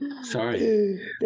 Sorry